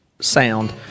sound